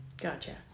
Gotcha